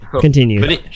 continue